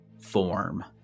form